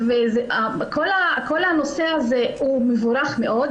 כל הנושא הזה מבורך מאוד,